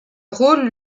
rôle